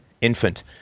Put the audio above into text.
infant